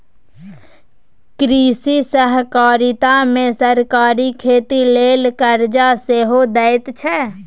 कृषि सहकारिता मे सरकार खेती लेल करजा सेहो दैत छै